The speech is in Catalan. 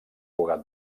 cugat